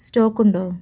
stock ഉണ്ടോ